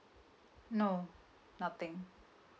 no nothing